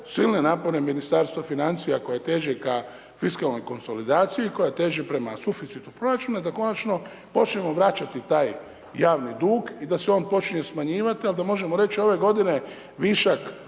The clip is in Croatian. silne napore Ministarstva financija koje teže ka fiskalnoj konsolidaciji, koja teži prema suficitu proračuna, da konačno počnemo vraćati taj javni dug i da se počinje smanjivati ali da možemo reći ove godine višak